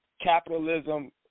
capitalism